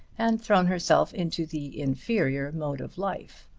and thrown herself into the inferior mode of life.